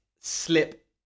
slip